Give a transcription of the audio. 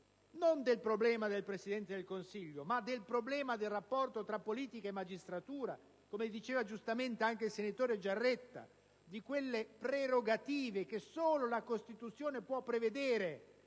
non del problema del Presidente del Consiglio ma di quello del rapporto tra politica e magistratura, come diceva giustamente anche il senatore Giaretta, utilizzando quelle prerogative che solo la Costituzione può prevedere